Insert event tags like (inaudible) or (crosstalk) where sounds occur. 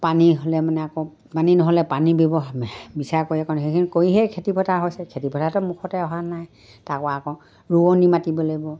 পানী হ'লে মানে আকৌ পানী নহ'লে পানী ব্যৱহাৰ বিচাৰ কৰি (unintelligible) সেইখিনি কৰিহে খেতি পথাৰ হৈছে খেতি পথাৰটো মুখতে অহা নাই তাকো আকৌ ৰোৱনী মাতিব লাগিব